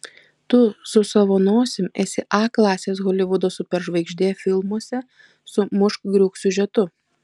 tu su savo nosim esi a klasės holivudo superžvaigždė filmuose su mušk griūk siužetu